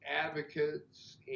advocates